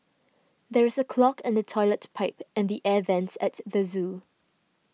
there is a clog in the Toilet Pipe and the Air Vents at the zoo